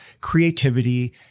creativity